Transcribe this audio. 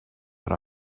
but